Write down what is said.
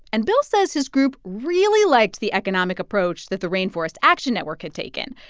and bill says his group really liked the economic approach that the rainforest action network had taken.